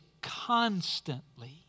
constantly